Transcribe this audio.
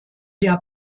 der